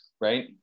right